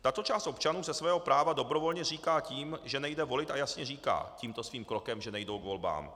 Tato část občanů se svého práva dobrovolně zříká tím, že nejde volit, a jasně říkají tímto svým krokem, že nejdou k volbám.